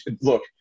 look